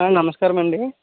ఆ నమస్కారము అండి